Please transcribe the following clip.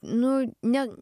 nu ne